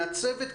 מהצוות,